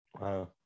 Wow